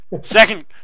Second